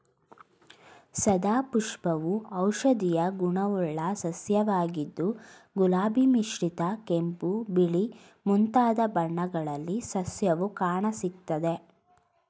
ಸದಾಪುಷ್ಪವು ಔಷಧೀಯ ಗುಣವುಳ್ಳ ಸಸ್ಯವಾಗಿದ್ದು ಗುಲಾಬಿ ಮಿಶ್ರಿತ ಕೆಂಪು ಬಿಳಿ ಮುಂತಾದ ಬಣ್ಣಗಳಲ್ಲಿ ಸಸ್ಯವು ಕಾಣಸಿಗ್ತದೆ